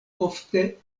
ofte